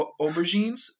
aubergines